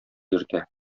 йөртә